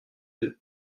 deux